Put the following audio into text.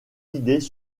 idées